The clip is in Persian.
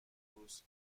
روز